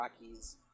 Rockies